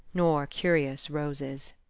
nor curious roses.